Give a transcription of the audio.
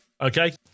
okay